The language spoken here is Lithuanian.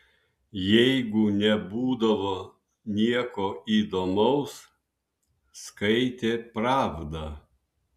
jeigu nebūdavo nieko įdomaus skaitė pravdą